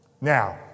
Now